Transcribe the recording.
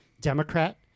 Democrat